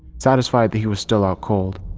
satisfied that he was still out cold,